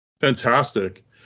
fantastic